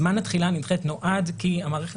כאשר זמן התחילה נדחית נועד כי המערכת